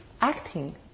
acting